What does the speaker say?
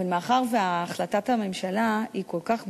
אבל מאחר שהחלטת הממשלה היא כל כך ברורה,